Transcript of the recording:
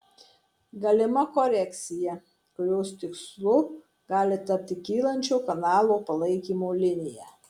galima korekcija kurios tikslu gali tapti kylančio kanalo palaikymo linija